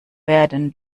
werden